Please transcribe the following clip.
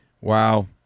Wow